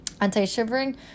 Anti-shivering